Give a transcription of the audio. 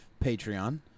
Patreon